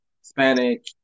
Hispanic